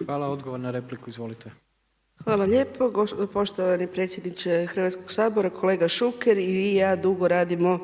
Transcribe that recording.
Anka (Nezavisni)** Hvala lijepo poštovani predsjedniče Hrvatskog sabora. Kolega Šuker, i vi i ja dugo radimo